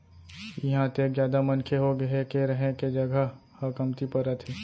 इहां अतेक जादा मनखे होगे हे के रहें के जघा ह कमती परत हे